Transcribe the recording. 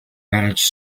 manage